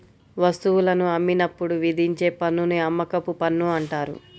వస్తువులను అమ్మినప్పుడు విధించే పన్నుని అమ్మకపు పన్ను అంటారు